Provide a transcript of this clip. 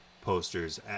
posters